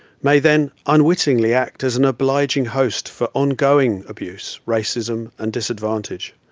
may then unwittingly act as an obliging host for ongoing abuse, racism and disadvantage.